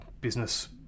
business